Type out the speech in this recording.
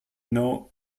know